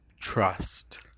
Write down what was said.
trust